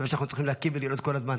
ושאנחנו צריכים --- כל הזמן.